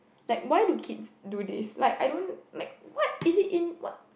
like why do kids do this like I don't like what is it in what